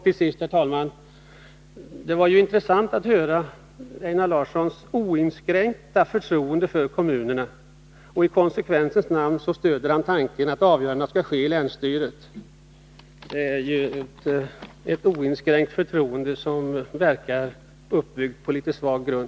Till sist, herr talman: Det var intressant att notera Einar Larssons oinskränkta förtroende för kommunerna. Och i konsekvensens namn stöder han tanken att avgörandena skall ske i länsstyrelsen — det är ett oinskränkt förtroende som verkar uppbyggt på litet svag grund.